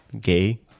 Gay